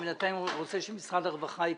בינתיים אני רוצה שמשרד הרווחה ייכנס,